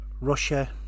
Russia